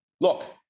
Look